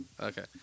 Okay